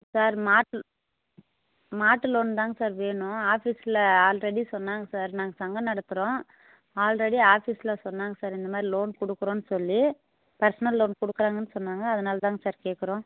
sir மாட்டு மாட்டு loan தாங்க சார் வேணும் ஆஃபிஸில் ஆல்ரெடி சொன்னாங்க சார் நாங்கள் சங்கம் நடத்துகிறோம் ஆல்ரெடி ஆஃபிஸில் சொன்னாங்க சார் இந்த மாதிரி லோன் கொடுக்குறோன்னு சொல்லி பர்ஸ்னல் லோன் கொடுக்குறாங்கன்னு சொன்னாங்க அதனால் தாங்க சார் கேட்குறோம்